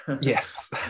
Yes